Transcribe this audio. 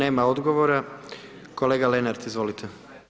Nema odgovora, kolega Lenart izvolite.